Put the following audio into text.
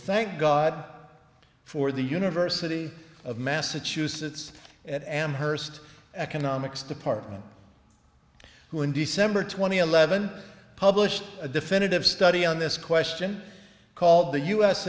thank god for the university of massachusetts at amherst economics department who in december two thousand and eleven published a definitive study on this question called the u